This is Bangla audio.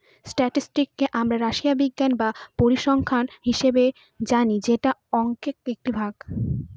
স্ট্যাটিসটিককে আমরা রাশিবিজ্ঞান বা পরিসংখ্যান হিসাবে জানি যেটা অংকের একটি ভাগ